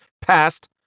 passed